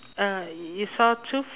uh you saw two